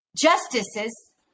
Justices